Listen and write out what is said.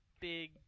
big